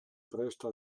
presta